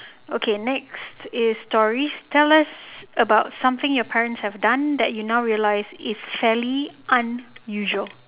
okay next is stories tell us about something your parents have done that now you realise is fairly unusual